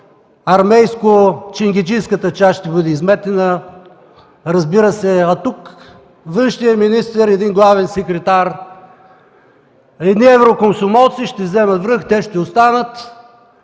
армейско-ченгеджийската част ще бъде изметена, разбира се. А тук външният министър и един главен секретар, едни еврокомсомолци ще вземат връх, те ще останат.